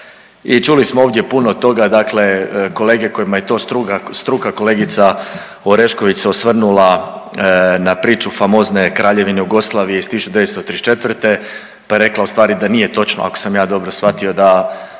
i čuli smo ovdje puno toga, dakle kolege kojima je to struka. Kolegica Orešković se osvrnula na priču famozne Kraljevine Jugoslavije iz 1934., pa je rekla ustvari da nije točno, ako sam ja dobro shvatio, da,